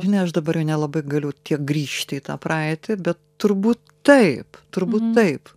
žinai aš dabar jau nelabai galiu tiek grįžti į tą praeitį bet turbūt taip turbūt taip